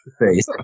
face